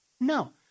No